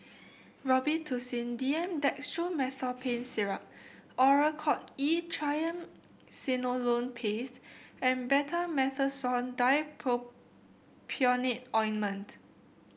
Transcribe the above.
Robitussin D M Dextromethorphan Syrup Oracort E Triamcinolone Paste and Betamethasone Dipropionate Ointment